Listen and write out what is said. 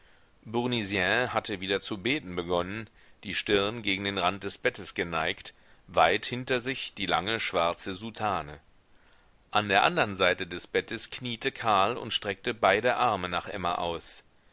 hatte wieder zu beten begonnen die stirn gegen den rand des bettes geneigt weit hinter sich die lange schwarze soutane an der andern seite des bettes kniete karl und streckte beide arme nach emma aus